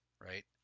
right